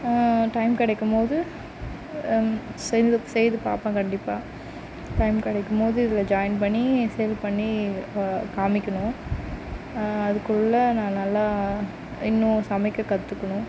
time கிடைக்கும்போது செய்து செய்துப் பார்ப்பேன் கண்டிப்பாக டைம் கிடைக்கும்போது இதில் ஜாய்ன் பண்ணி சேல் பண்ணி காமிக்கணும் அதுக்குள்ளே நான் நல்லா இன்னும் சமைக்க கற்றுக்கணும்